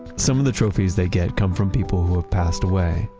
some of the trophies they get come from people who have passed away,